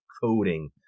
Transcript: coding